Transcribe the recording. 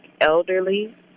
elderly